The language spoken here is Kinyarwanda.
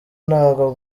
nabwo